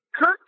Kirk